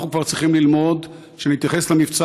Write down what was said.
אנחנו כבר צריכים ללמוד שנתייחס למבצע